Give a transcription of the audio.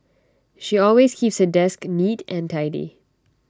she always keeps her desk neat and tidy